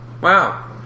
Wow